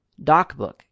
DocBook